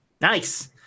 Nice